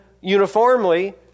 uniformly